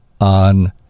on